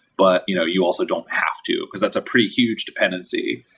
but you know you also don't have to, because that's a pretty huge dependency.